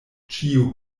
ĉiu